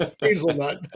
Hazelnut